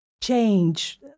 change